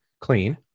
clean